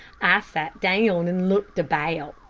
i sat down and looked about.